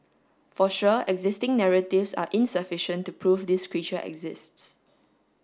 for sure existing narratives are insufficient to prove this creature exists